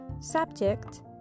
Subject